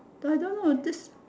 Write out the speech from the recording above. I don't know this